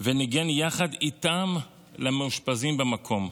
וניגן יחד איתם למאושפזים במקום,